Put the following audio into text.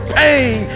pain